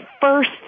first